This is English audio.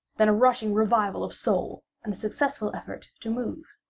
then a rushing revival of soul and a successful effort to move.